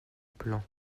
plan